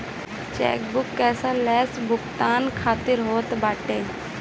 chequebook cashless भुगतान खातिर होत बाटे